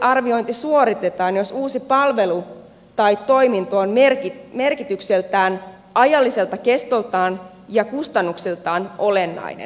ennakkoarviointi suoritetaan jos uusi palvelu tai toiminto on merkitykseltään ajalliselta kestoltaan ja kustannuksiltaan olennainen